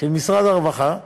של משרד הרווחה,